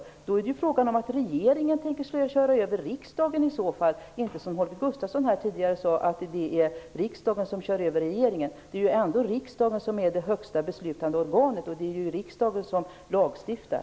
I så fall är det ju fråga om att regeringen tänker köra över riksdagen och inte, som Holger Gustafsson sade här tidigare, riksdagen som kör över regeringen. Det är ju ändå riksdagen som är det högsta beslutande organet. Det är ju riksdagen som lagstiftar.